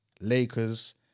Lakers